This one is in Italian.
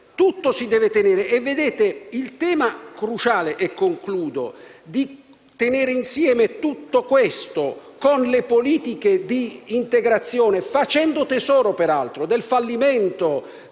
dunque si deve tenere ed il tema cruciale è quello di tenere insieme tutto questo con le politiche di integrazione, facendo tesoro, peraltro, del fallimento